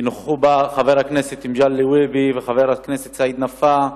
שנכחו בה חבר הכנסת מגלי והבה וחבר הכנסת סעיד נפאע.